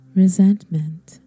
resentment